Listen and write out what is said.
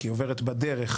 כי היא עוברת בדרך.